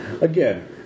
Again